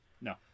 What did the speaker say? No